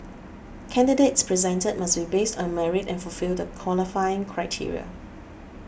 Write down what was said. candidates presented must be based on merit and fulfil the qualifying criteria